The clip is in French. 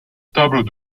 table